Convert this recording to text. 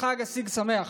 חג סיגד שמח.